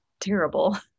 terrible